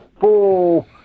full